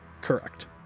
Correct